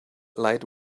light